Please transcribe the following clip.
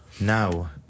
now